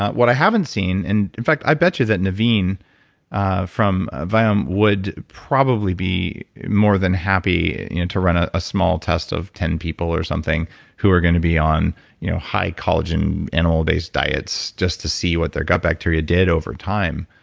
what i haven't seen and in fact, i bet you that naveen from viome would probably be more than happy you know to run a small small test of ten people or something who are going to be on you know high collagen animalbased diets just to see what their gut bacteria did overtime.